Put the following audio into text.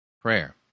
prayer